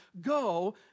go